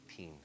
18